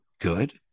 good